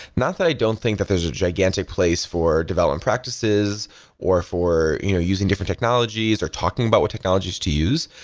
not that i don't think that there's a gigantic place for development practices or for you know using different technologies or talking about what technologies to use.